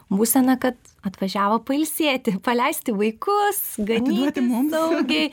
būseną kad atvažiavo pailsėti paleisti vaikus ganyti mums saugiai